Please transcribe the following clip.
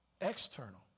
external